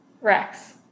Rex